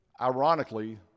Ironically